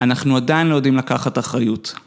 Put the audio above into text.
אנחנו עדיין לא יודעים לקחת אחריות.